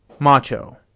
Macho